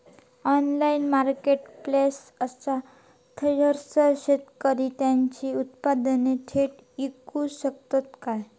Online marketplace असा थयसर शेतकरी त्यांची उत्पादने थेट इकू शकतत काय?